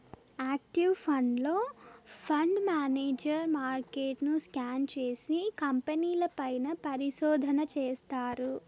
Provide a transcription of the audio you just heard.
active ఫండ్లో, fund manager మార్కెట్ను scan చేసి, కంపెనీల పైన పరిశోధన చేస్తారు